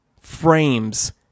frames